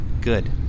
Good